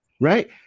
right